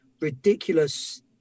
ridiculous